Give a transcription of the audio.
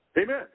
Amen